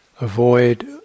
avoid